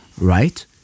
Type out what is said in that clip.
right